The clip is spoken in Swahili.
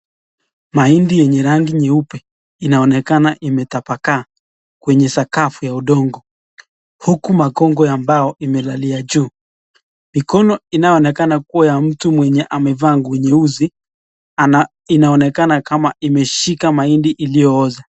Mahindi yenye rangi nyeupe, inaonekana imetapakaa kwenye sakafu ya udogo ,huku magongo ya mbao imelalia juu, mikono inayoonekana kuwa mtu mwenye amevaa nguo nyeusi, inaonekana kama imeshika mahindi iliyo oza.